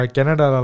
Canada